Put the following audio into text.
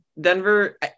Denver